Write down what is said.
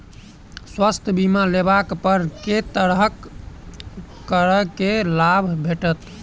स्वास्थ्य बीमा लेबा पर केँ तरहक करके लाभ भेटत?